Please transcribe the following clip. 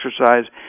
exercise